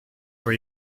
for